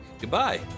goodbye